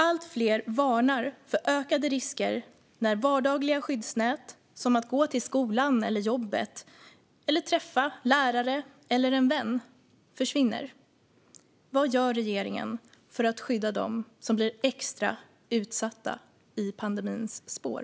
Allt fler varnar för ökade risker när vardagliga skyddsnät, som att gå till skolan eller jobbet eller att träffa lärare eller en vän, försvinner. Vad gör regeringen för att skydda dem som blir extra utsatta i pandemins spår?